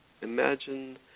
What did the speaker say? Imagine